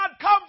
come